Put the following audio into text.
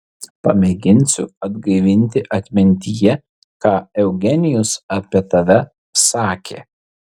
pamėginsiu atgaivinti atmintyje ką eugenijus apie tave sakė